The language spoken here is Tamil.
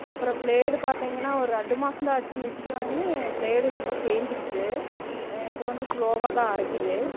அப்புறம் பிளேடு பார்த்திங்கன்னா ஒரு ரெண்டு மாசந்தான் ஆச்சி மிக்சி வாங்கி பிளேடு ரொம்ப தேஞ்சிடுச்சு இப்போ வந்து ஸ்லோவாக தான் அரைக்கிறது